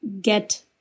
get